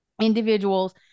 individuals